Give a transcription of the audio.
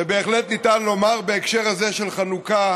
ובהחלט ניתן לומר בהקשר הזה של חנוכה